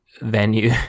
venue